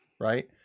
Right